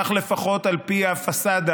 כך לפחות על פי הפסאדה.